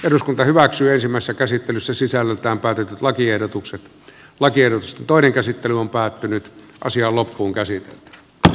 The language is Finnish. päätettiin ensimmäisessä käsittelyssä sisällöltään päätetyt lakiehdotukset lakers toinen käsittely on päättynyt kosia loppuun käsi tel